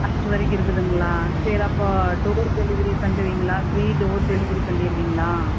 March வரைக்கு இருக்குதுங்களா சரி அப்போ டோர் டெலிவரி பண்ணுவீங்களா ஃப்ரீ டோர் டெலிவரி பண்ணிருவீங்களா